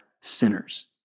sinners